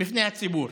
בפני הציבור,